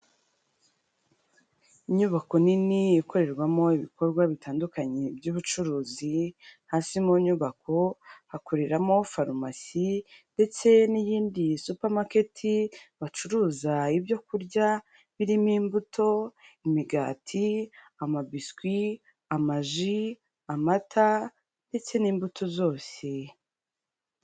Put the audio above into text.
Inyubako nini ikorerwamo ibikorwa bitandukanye by'ubucuruzi, hasi mu nyubako hakoreramo farumasi ndetse n'iyindi supamaketi, bacuruza ibyo kurya, birimo imbuto, imigati, amabiswi, amaji, amata ndetse n'imbuto zose.